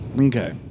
Okay